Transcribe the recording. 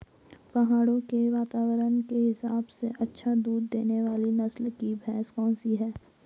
पहाड़ों के वातावरण के हिसाब से अच्छा दूध देने वाली नस्ल की भैंस कौन सी हैं?